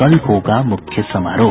कल होगा मुख्य समारोह